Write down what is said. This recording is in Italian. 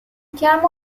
chiamo